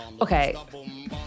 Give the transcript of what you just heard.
Okay